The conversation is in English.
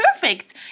perfect